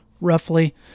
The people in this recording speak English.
roughly